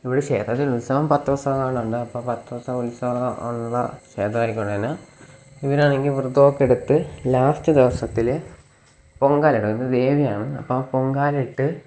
ഇവിടെ ക്ഷേത്രത്തിലുത്സവം പത്ത് ദിവസമെങ്ങാണ്ടുണ്ട് അപ്പം പത്ത് ദിവസം ഉത്സവം ഉള്ള ക്ഷേത്രമാക്കിക്കൊണ്ട് തന്നെ ഇവരാണങ്കിൽ വ്രതമൊക്കെയെടുത്ത് ലാസ്റ്റ് ദിവസത്തിൽ പൊങ്കാലയിടും ദേവിയാണ് അപ്പം പൊങ്കാലയിട്ട്